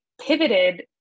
pivoted